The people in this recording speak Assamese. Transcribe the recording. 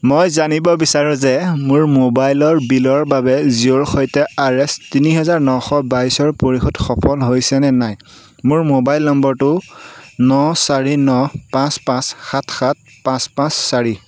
মই জানিব বিচাৰোঁ যে মোৰ মোবাইল বিলৰ বাবে জিঅ'ৰ সৈতে আৰ এছ তিনি হাজাৰ নশ বাইছৰ পৰিশোধ সফল হৈছেনে নাই মোৰ মোবাইল নম্বৰটো ন চাৰি ন পাঁচ পাঁচ সাত সাত পাঁচ পাঁচ চাৰি